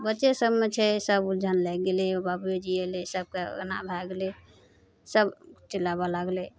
बच्चे सभमे छै सब उलझन लागि गेल बाबुएजी अएलै सभकेँ एना भए गेलै सभ चिल्लाबे लागलै